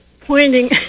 pointing